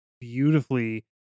beautifully